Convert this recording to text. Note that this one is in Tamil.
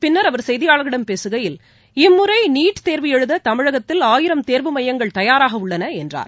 பின்னர் அவர் செய்தியாளர்களிடம் பேசுகையில் இம்முறை நீட் தேர்வு எழுத தமிழகத்தில் ஆயிரம் தேர்வு மையங்கள் தயாராக உள்ளன என்றார்